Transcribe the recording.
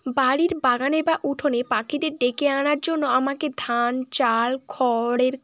বাড়ির বাগানে বা উঠোনে পাখিদের ডেকে আনার জন্য আমাকে ধান চাল খড়ের